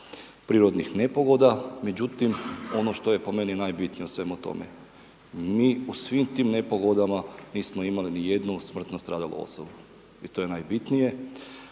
prirodnih nepogoda međutim ono što je po meni najbitnije u svemu tome, mi u svim tim nepogodama nismo imali ni jednu smrtno stradalu osobu i to je najbitnije